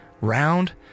Round